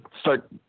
start